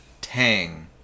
tang